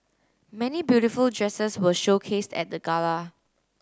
many beautiful dresses were showcased at the gala